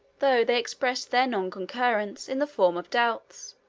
though they expressed their non-concurrence in the form of doubts.